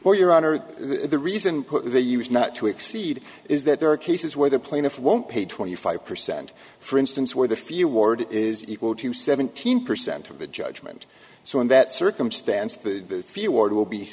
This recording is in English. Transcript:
well your honor the reason they use not to exceed is that there are cases where the plaintiff won't pay twenty five percent for instance where the few ward is equal to seventeen percent of the judgement so in that circumstance